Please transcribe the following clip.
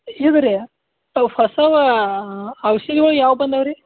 ಇದು ರೀ ಅವ ಹೊಸವು ಔಷಧಿ ಒಳಗ ಯಾವ ಬಂದವು ರೀ